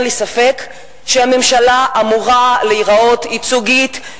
אין לי ספק שהממשלה אמורה להיראות ייצוגית,